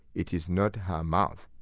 it is not her mouth,